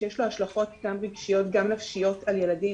שיש לו השלכות גם רגשיות וגם נפשיות על ילדים,